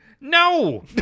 No